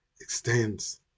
extends